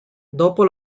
dopo